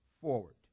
forward